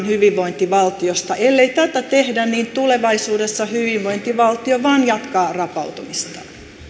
hyvinvointivaltiosta ellei tätä tehdä niin tulevaisuudessa hyvinvointivaltio vain jatkaa rapautumistaan